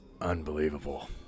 Unbelievable